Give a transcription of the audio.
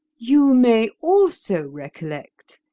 you may also recollect,